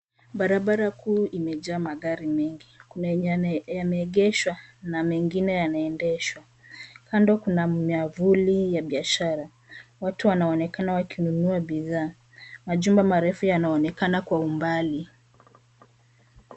Barabara kuu imejaa magari mengi. Kuna yenye yameegeshwa na mengine yanaendeshwa. Kando kuna miavuli ya biashara. Watu wanaonekana wakinunua bidhaa. Majumba marefu yanaonekana kwa umbali.